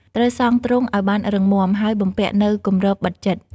ត្រូវសង់ទ្រុងឱ្យបានរឹងមាំ ហើយបំពាក់នូវគម្របបិទជិត។